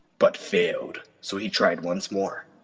but failed, so he tried once more.